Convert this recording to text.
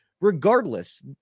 Regardless